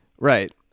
Right